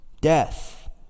death